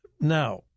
Now